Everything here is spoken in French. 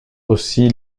aussi